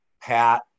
Pat